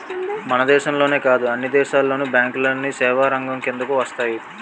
మన దేశంలోనే కాదు అన్ని దేశాల్లోను బ్యాంకులన్నీ సేవారంగం కిందకు వస్తాయి